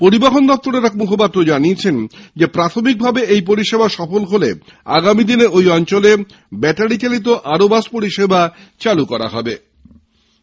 পরিবহন দপ্তরের এক মুখপাত্র বলেন প্রাথমিকভাবে এই পরিষেবা সফল হলে আগামী দিনে ঐ অঞ্চলে ব্যাটারিচালিত বাস পরিষেবা চালু করা হবে